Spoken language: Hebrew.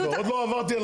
עוד לא עברתי על החוק.